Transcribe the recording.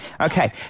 Okay